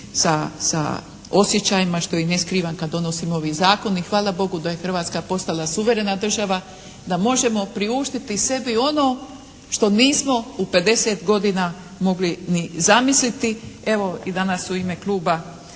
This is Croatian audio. sa osjećajima što ih ne skrivam kada donosimo ovaj zakon i hvala Bogu da je Hrvatska postala suverena država da možemo priuštiti sebi ono što nismo u 50 godina mogli ni zamisliti evo i danas u ime kluba